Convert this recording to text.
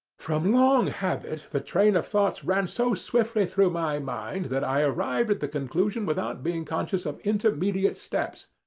from long habit the train of thoughts ran so swiftly through my mind, that i arrived at the conclusion without being conscious of intermediate steps.